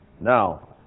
Now